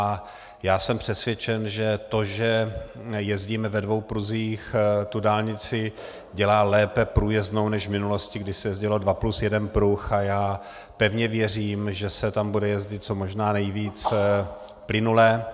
A já jsem přesvědčen, že to, že jezdíme ve dvou pruzích, tu dálnici dělá lépe průjezdnou než v minulosti, kdy se jezdilo dva plus jeden pruh, a já pevně věřím, že se tam bude jezdit co možná nejvíc plynule.